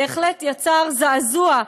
בהחלט יצר זעזוע,